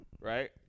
right